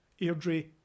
Airdrie